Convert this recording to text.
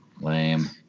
lame